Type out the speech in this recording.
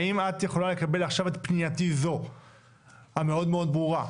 האם את יכולה לקבל עכשיו את פנייתי זו המאוד ברורה,